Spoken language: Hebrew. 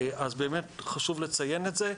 אז באמת חשוב לציין את זה.